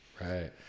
right